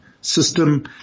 system